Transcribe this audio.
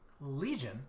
Legion